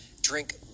drink